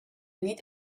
need